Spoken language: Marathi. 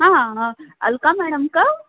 हां अलका मॅडम का